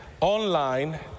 online